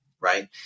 right